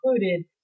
included